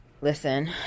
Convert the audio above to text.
listen